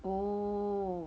oh